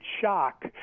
shock